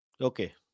Okay